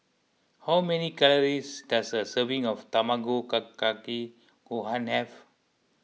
how many calories does a serving of Tamago Kake Gohan have